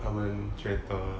他们觉得